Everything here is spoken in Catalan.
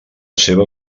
seva